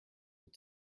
will